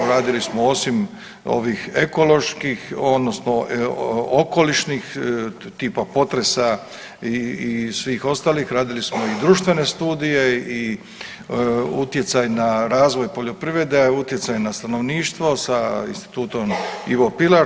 Radili smo osim ovih ekoloških odnosno okolišnih tipa potresa i svih ostalih, radili smo i društvene studije i utjecaj na razvoj poljoprivredne, utjecaj na stanovništvo sa Institutom Ivo Pilar.